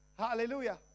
Hallelujah